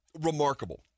remarkable